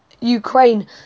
Ukraine